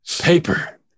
paper